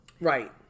Right